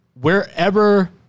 wherever –